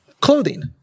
Clothing